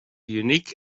unique